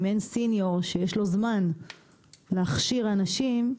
אם אין סניור שיש לו זמן להכשיר אנשים,